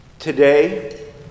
Today